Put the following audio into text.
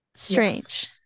Strange